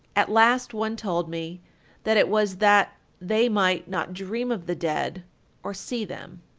at last one told me that it was that they might not dream of the dead or see them.